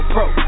Pro